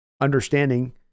Understanding